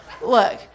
Look